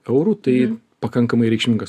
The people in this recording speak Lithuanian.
eurų tai pakankamai reikšmingas